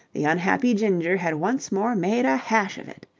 the unhappy ginger had once more made a hash of it.